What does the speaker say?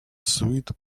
sweet